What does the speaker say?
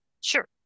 Sure